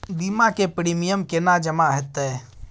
बीमा के प्रीमियम केना जमा हेते?